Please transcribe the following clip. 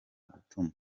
gutuma